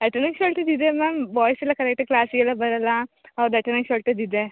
attendance shortage ಇದೆ ma'am boys ಎಲ್ಲ ಕರೆಕ್ಟಾಗಿ ಕ್ಲಾಸಿಗೆಲ್ಲ ಬರಲ್ಲ ಅವ್ರ್ದು ಅಟೆಂಡೆನ್ಸ್ ಶಾರ್ಟೇಜ್ ಇದೆ